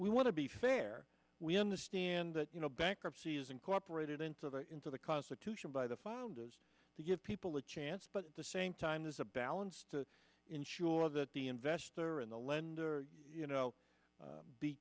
we want to be fair we understand that you know bankruptcy is incorporated into the into the constitution by the file and has to give people a chance but the same time there's a balance to ensure that the investor and the lender you know